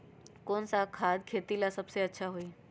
कौन सा खाद खेती ला सबसे अच्छा होई?